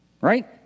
right